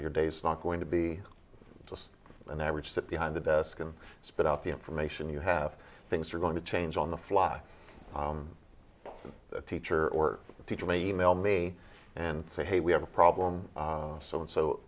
your day's not going to be just an average sit behind the desk and spit out the information you have things are going to change on the fly and the teacher or teacher may email me and say hey we have a problem so and so